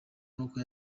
n’uko